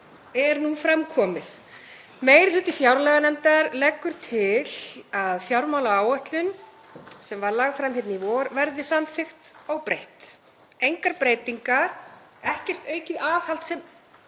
er nú fram komið. Meiri hluti fjárlaganefndar leggur til að fjármálaáætlun, sem var lögð fram í vor, verði samþykkt óbreytt. Engar breytingar, ekkert aukið aðhald, sem